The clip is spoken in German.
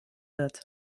wird